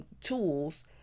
tools